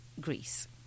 Greece